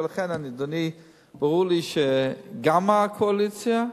לכן, אדוני, ברור לי שגם הקואליציה,